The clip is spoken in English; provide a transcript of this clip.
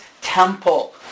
temple